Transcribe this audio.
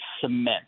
cement